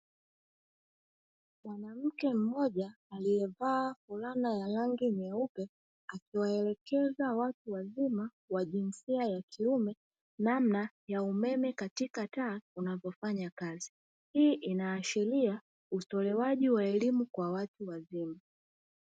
Mwanamke mmoja alievaa fulana ya rangi nyeupe, akiwaelekeza watu wazima wa jinsia ya kiume namna ya umeme katika taa unavyofanya kazi, hii inaashiria utolewaji wa elimu kwa watu wazima.